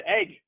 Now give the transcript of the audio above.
egg